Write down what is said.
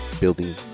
building